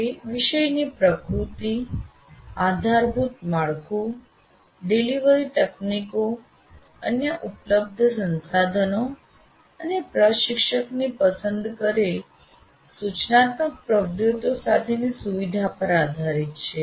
તે વિષયની પ્રકૃતિ આધારભૂત માળખું ડિલિવરી તકનીકો અન્ય ઉપલબ્ધ સંસાધનો અને પ્રશિક્ષકની પસંદ કરેલ સૂચનાત્મક પ્રવૃત્તિઓ સાથેની સુવિધા પર આધારિત છે